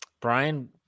Brian